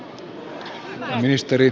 herra puhemies